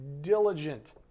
diligent